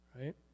Right